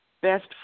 best